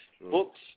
books